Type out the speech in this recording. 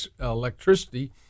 electricity